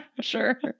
sure